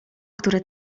które